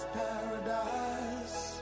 paradise